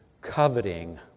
coveting